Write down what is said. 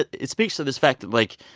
it it speaks to this fact that, like,